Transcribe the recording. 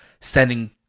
sending